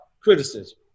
criticism